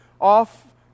off